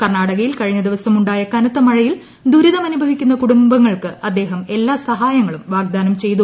കർണാടകയിൽ കഴിഞ്ഞ ദിവസം ഉണ്ടായ കനത്ത മഴയിൽ ദുരിതമനുഭവിക്കുന്ന കുടുംബങ്ങൾക്ക് അദ്ദേഹം എല്ലാ സഹായങ്ങളും വാഗ്ദാനം ചെയ്തു